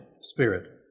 Spirit